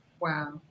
Wow